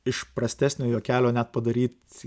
iš prastesnio juokelio net padaryt